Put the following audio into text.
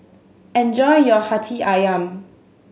enjoy your Hati Ayam